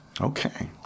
Okay